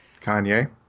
Kanye